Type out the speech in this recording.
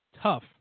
tough